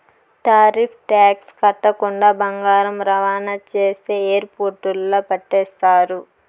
tariff tax కట్టకుండా బంగారం రవాణా చేస్తే ఎయిర్పోర్టుల్ల పట్టేస్తారు